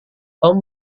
tom